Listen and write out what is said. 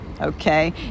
okay